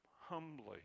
humbly